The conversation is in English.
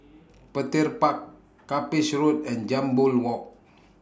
Petir Park Cuppage Road and Jambol Walk